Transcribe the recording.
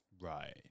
Right